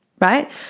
right